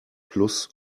plus